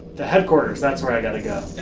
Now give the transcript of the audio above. the headquarters that's where i got to go